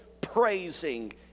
praising